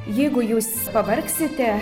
jeigu jūs pavargsite